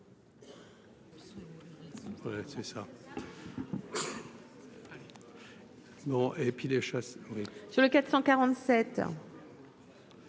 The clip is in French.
Sur le 447.